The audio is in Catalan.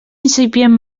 incipient